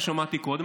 ששמעתי קודם,